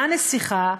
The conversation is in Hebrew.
הנסיכה,